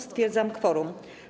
Stwierdzam kworum.